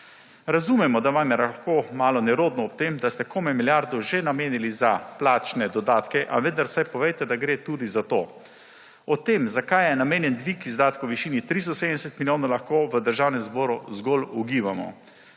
Razumemo, da vam je lahko malo nerodno ob tem, da ste komaj milijardo že namenili za plačne dodatke, a vendar vsaj povejte, da gre tudi za to. O tem, zakaj je namenjen dvig izdatkov v višini 370 milijonov, lahko v Državnem zboru zgolj ugibamo.